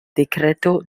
decreto